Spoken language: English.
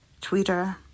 Twitter